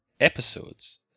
episodes